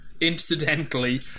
incidentally